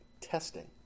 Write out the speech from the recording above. testing